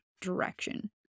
direction